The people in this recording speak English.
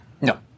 No